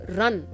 run